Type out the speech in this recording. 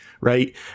right